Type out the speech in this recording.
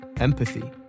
empathy